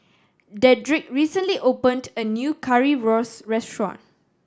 Dedric recently opened a new Currywurst restaurant